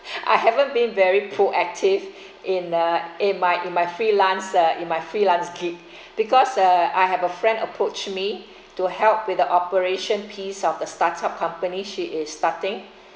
I haven't been very proactive in uh in my in my freelance uh in my freelance gig because uh I have a friend approached me to help with the operation piece of the startup company she is starting